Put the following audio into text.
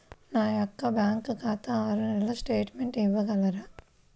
నా యొక్క బ్యాంకు ఖాతా ఆరు నెలల స్టేట్మెంట్ ఇవ్వగలరా?